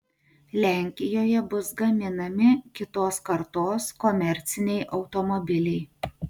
lenkijoje bus gaminami kitos kartos komerciniai automobiliai